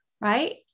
right